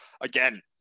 again